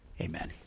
Amen